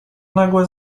nagłe